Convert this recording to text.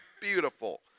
beautiful